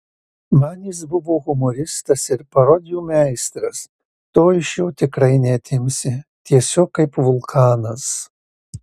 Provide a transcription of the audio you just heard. man jis buvo humoristas ir parodijų meistras to iš jo tikrai neatimsi tiesiog kaip vulkanas